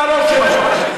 על הראש שלכם.